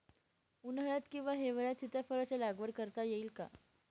उन्हाळ्यात किंवा हिवाळ्यात सीताफळाच्या लागवड करता येईल का?